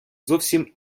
зовсім